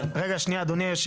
אדוני,